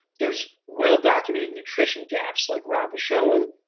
there's well-documented nutrition gaps, like rob was showing.